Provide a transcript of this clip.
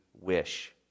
wish